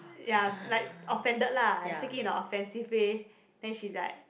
ya like offended lah take it in a offensive way then she like